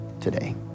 today